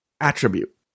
attribute